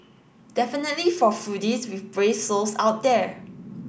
definitely for foodies with brave souls out there